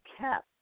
kept